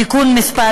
(תיקון מס'